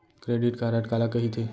Credit card काला कहिथे?